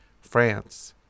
France